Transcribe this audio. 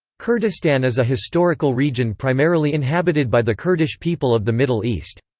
kurdistan is a historical region primarily inhabited by the kurdish people of the middle east.